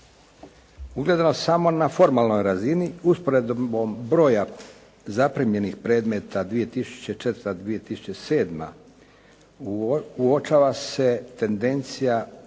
samo na formalnoj razini usporedbom broja zaprimljenih predmeta 2004./2007. uočava se tendencija